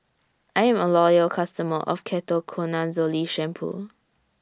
I'm A Loyal customer of Ketoconazole Shampoo